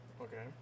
Okay